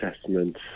assessment